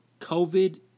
COVID